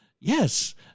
Yes